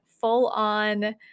full-on